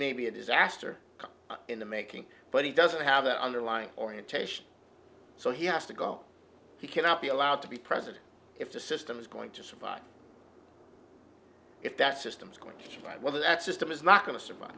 may be a disaster in the making but he doesn't have that underlying orientation so he has to go he cannot be allowed to be president if the system is going to survive if that system is going to survive well that system is not going to survive